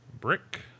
Brick